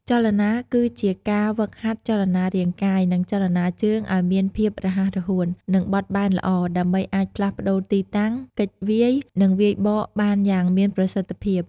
ចលនាគឺជាការ ហ្វឹកហាត់ចលនារាងកាយ និងចលនាជើងឲ្យមានភាពរហ័សរហួន និងបត់បែនល្អ ដើម្បីអាចផ្លាស់ប្តូរទីតាំង គេចវាយ និងវាយបកបានយ៉ាងមានប្រសិទ្ធភាព។